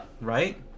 Right